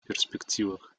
перспективах